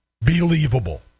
believable